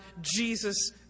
Jesus